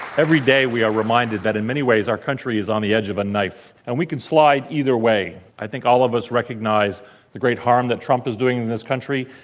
every day we are reminded that in many ways our country is on the edge of a knife. and we can slide either way. i think all of us recognize the great harm that trump is doing in this country,